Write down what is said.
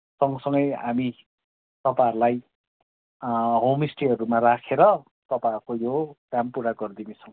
सँगसँगै हामी तपाईँहरूलाई होमस्टेहरूमा राखेर तपाईँहरूको यो काम पुरा गरिदिनेछौँ